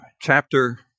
chapter